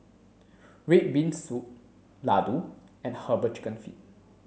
red bean soup laddu and herbal chicken feet